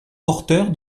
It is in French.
porteur